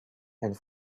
and